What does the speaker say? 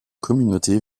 communautés